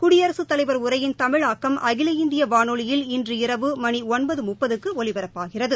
குடியரசுத் தலைவர் உரையின் தமிழாக்கம் அகில இந்திய வானொலியில் இன்று இரவு மணி ஒன்பது முப்பதுக்கு ஒலிபரப்பாகிறது